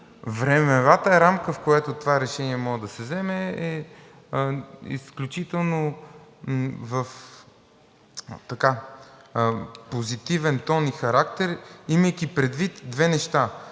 времевата рамка, в която това решение може да се вземе, е изключително в позитивен тон и характер, имайки предвид две неща: